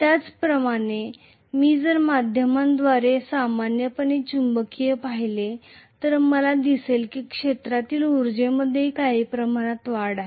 त्याचप्रमाणे मी जर माध्यमांद्वारे सामान्यपणे चुंबकीय पाहिले तर मला दिसेल की क्षेत्रातील उर्जेमध्येही काही प्रमाणात वाढ आहे